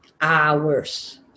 hours